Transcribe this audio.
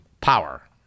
power